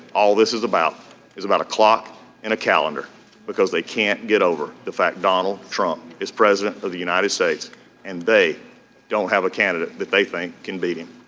all this is about is about a clock and a calendar because they can't get over the fact donald trump is president of the united states and they don't have a candidate that they think can beat him.